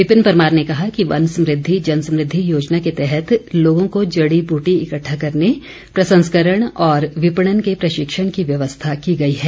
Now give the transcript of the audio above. विपिन परमार ने कहा कि वन समृद्धि जन समृद्धि योजना के तहत लोगों को जड़ी बूटी इकट्ठा करने प्रसंस्करण और विपणन के प्रशिक्षण की व्यवस्था की गई है